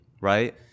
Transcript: right